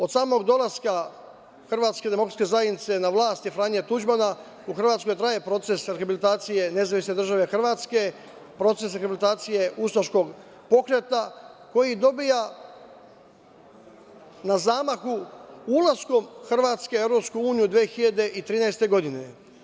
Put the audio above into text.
Od samog dolaska Hrvatske demokratske zajednice na vlast i Franje Tuđmana, u Hrvatskoj traje proces rehabilitacije NDH, proces rehabilitacije ustaškog pokreta koji dobija na zamaku ulaskom Hrvatske u EU, 2013. godine.